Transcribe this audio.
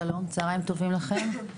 שלום, צוהריים טובים לכן.